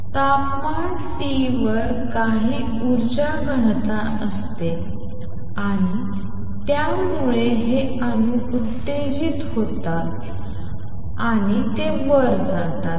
तर तापमान T वर काही ऊर्जा घनता असते आणि त्यामुळे हे अणू उत्तेजित होतात आणि ते वर जातात